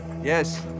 Yes